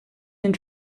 and